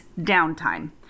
downtime